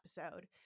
episode